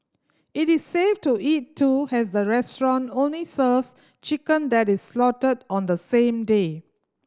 it is safe to eat too has the restaurant only serves chicken that is slaughtered on the same day